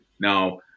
Now